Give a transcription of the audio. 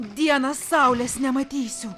dieną saulės nematysiu